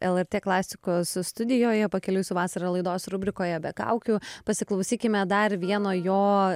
lrt klasikos studijoje pakeliui su vasara laidos rubrikoje be kaukių pasiklausykime dar vieno jo